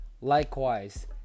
Likewise